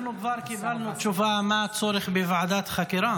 אנחנו כבר קיבלנו תשובה מה הצורך בוועדת חקירה,